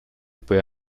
puede